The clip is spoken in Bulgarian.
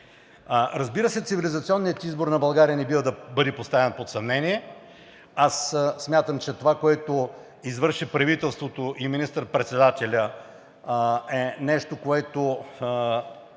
Разбира се, цивилизационният избор на България не бива да бъде поставян под съмнение. Аз смятам, че това, което извърши правителството и министър-председателят, е нещо, което